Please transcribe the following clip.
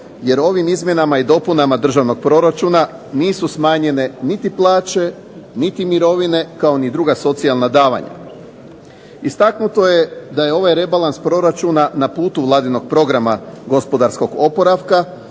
jer ovim izmjenama i dopunama državnog proračuna nisu smanjene niti plaće, niti mirovine, kao ni druga socijalna davanja. Istaknuto je da je ovaj rebalans proračuna na putu vladinog programa gospodarskog oporavka,